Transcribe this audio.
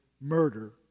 murder